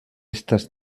estas